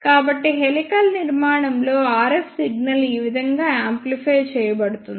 కాబట్టి హెలికల్ నిర్మాణంలో RF signal ఈ విధంగా యాంప్లిఫై చేయబడుతుంది